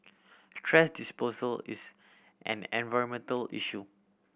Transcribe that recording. thrash disposal is an environmental issue